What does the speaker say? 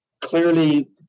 Clearly